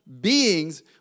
beings